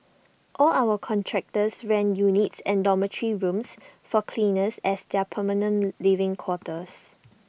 all our contractors rent units and dormitory rooms for cleaners as their permanent living quarters